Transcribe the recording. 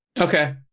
Okay